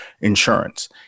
insurance